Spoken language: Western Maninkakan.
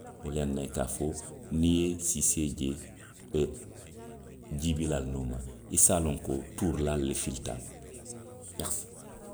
Wo le yaŋ na i ka a fo. niŋ i ye siisee je e, jiibiilaalu nooma. i se a loŋ ko tuurilaalu le filita a ma, merisi.